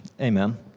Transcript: Amen